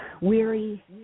weary